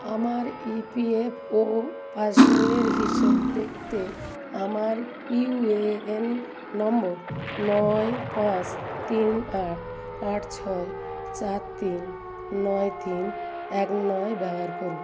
আমার ইপিএফও পাসবইয়ের হিসেব দেখতে আমার ইউএএন নম্বর নয় পাঁচ তিন আট আট ছয় চার তিন নয় তিন এক নয় ব্যবহার করুন